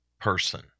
person